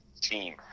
team